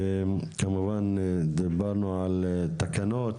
כמובן דיברנו על תקנות